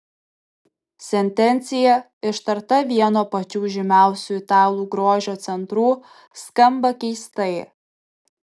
sentencija ištarta vieno pačių žymiausių italų grožio centrų skamba keistai